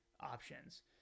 options